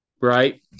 Right